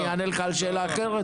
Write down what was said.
אני אענה לך על שאלה אחרת?